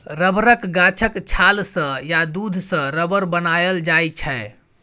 रबरक गाछक छाल सँ या दुध सँ रबर बनाएल जाइ छै